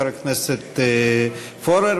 חבר הכנסת פורר,